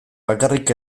bakarrik